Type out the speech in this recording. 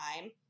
time